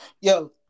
Yo